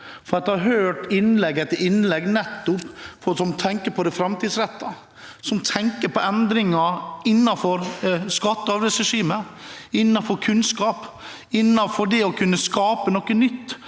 For jeg har hørt innlegg etter innlegg, nettopp av folk som tenker på det framtidsrettede, som tenker på endringer innenfor skatte- og avgiftsregimet, innenfor kunnskap, innenfor det å kunne skape noe nytt